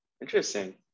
interesting